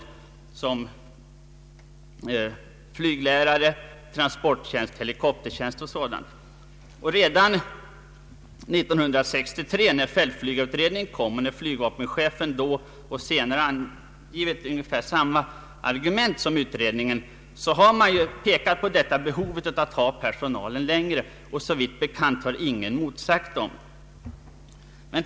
De kan användas som flyglärare, förare av transportflygplan, i helikoptertjänst m.m. Redan 1963, när fältflygarutredningen lades fram och när flygvapenchefen senare framförde ungefär samma argument som utredningen, framhölls att man borde tillvarata denna personal längre tid. Såvitt bekant har ingen motsagt utredningen.